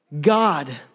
God